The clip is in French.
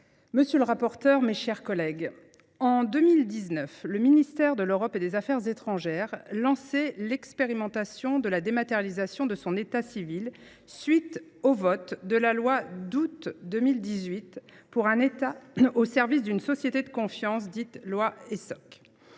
monsieur le ministre, mes chers collègues, en 2019, le ministère de l’Europe et des affaires étrangères (MEAE) lançait l’expérimentation de la dématérialisation de son état civil,… C’est vrai !… conformément à la loi d’août 2018 pour un État au service d’une société de confiance, dite loi Essoc.